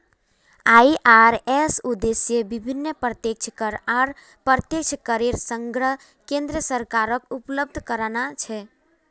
IRS उद्देश्य विभिन्न प्रत्यक्ष कर आर अप्रत्यक्ष करेर संग्रह केन्द्र सरकारक उपलब्ध कराना छे